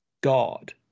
God